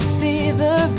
fever